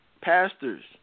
pastors